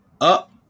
up